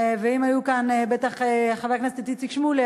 ואם היה כאן חבר הכנסת איציק שמולי,